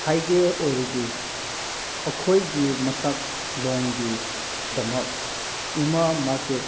ꯍꯥꯏꯒꯦ ꯑꯣꯏꯔꯗꯤ ꯑꯩꯈꯣꯏꯒꯤ ꯃꯁꯛ ꯂꯣꯟꯒꯤꯗꯃꯛ ꯏꯃꯥ ꯃꯥꯔꯀꯦꯠ